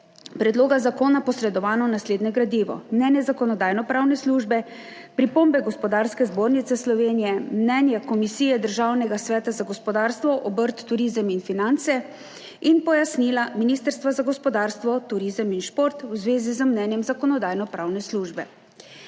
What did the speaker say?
predloga zakona posredovano naslednje gradivo: mnenje Zakonodajno-pravne službe, pripombe Gospodarske zbornice Slovenije, mnenje Komisije Državnega sveta za gospodarstvo, obrt, turizem in finance in pojasnila Ministrstva za gospodarstvo, turizem in šport v zvezi z mnenjem Zakonodajno-pravne službe.